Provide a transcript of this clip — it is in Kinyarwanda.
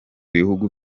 bihugu